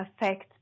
affect